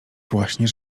właśnie